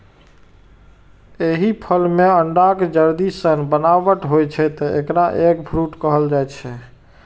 एहि फल मे अंडाक जर्दी सन बनावट होइ छै, तें एकरा एग फ्रूट कहल जाइ छै